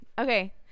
Okay